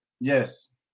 Yes